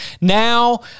now